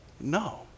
No